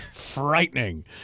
Frightening